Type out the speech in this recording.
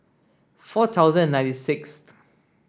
four thousand and ninety sixth